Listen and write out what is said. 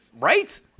right